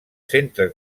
centre